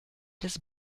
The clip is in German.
des